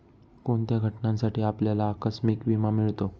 कोणत्या घटनांसाठी आपल्याला आकस्मिक विमा मिळतो?